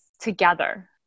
together